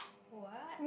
what